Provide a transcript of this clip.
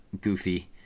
goofy